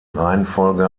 reihenfolge